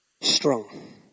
strong